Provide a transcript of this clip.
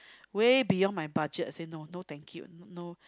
way beyond my budget I say no no thank you no